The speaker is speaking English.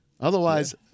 Otherwise